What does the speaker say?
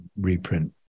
reprint